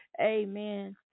amen